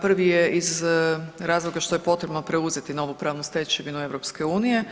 Prvi je iz razloga što je potrebno preuzeti novu pravnu stečevinu EU.